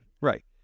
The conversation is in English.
Right